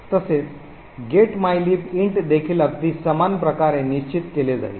तसेच get mylib int देखील अगदी समान प्रकारे निश्चित केले जाईल